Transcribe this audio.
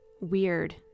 weird